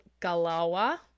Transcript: Galawa